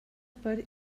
per